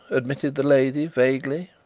admitted the lady vaguely.